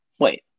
wait